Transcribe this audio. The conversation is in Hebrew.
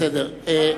בסדר.